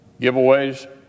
giveaways